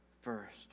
first